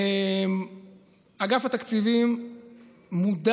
אגף התקציבים מודע,